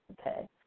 okay